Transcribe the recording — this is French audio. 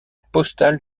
postale